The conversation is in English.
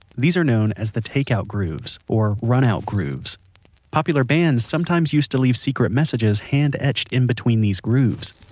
these are known as the take out grooves or run out grooves popular bands sometimes used to leave secret messages hand etched in between these grooves